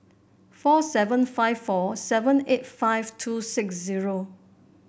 four seven five four seven eight five two six zero